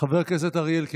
חבר הכנסת אריאל קלנר,